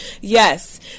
Yes